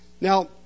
Now